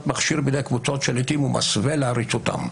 מכשיר בידי קבוצות שליטים ומסווה לעריצותם.